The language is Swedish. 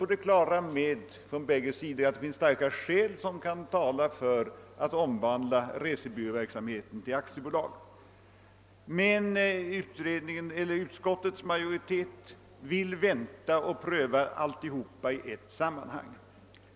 Vi är på bägge sidor fullt på det klara med att det finns starka skäl som talar för en omvandling av resebyråverksamheten till aktiebolag. Men utskottets majoritet vill vänta och pröva alla dessa frågor i ett sammanhang.